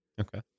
Okay